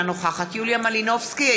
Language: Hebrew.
אינה נוכחת יוליה מלינובסקי,